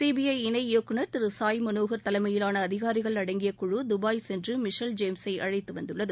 CBI இணை இயக்குநர் திரு சாய் மனோகர் தலைமையிலான அதிகாரிகள் அடங்கிய குழி தபாய் சென்று மிஷெல் ஜேம்ஸை அழைத்து வந்துள்ளது